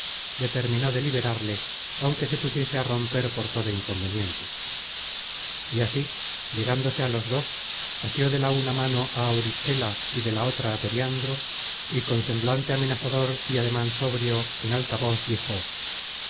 determinó de libertarle aunque se pusiese á romper por todo inconveniente y así llegándose á los dos asió de la una mano á auristela y de la otra á periandro y con semblante amenazador y ademan soberbio en alta voz dijo